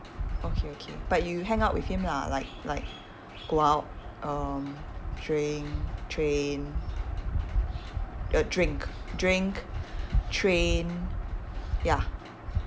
okay okay but you hang out with him lah like like go out um drink train uh drink drink train ya